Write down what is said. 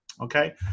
Okay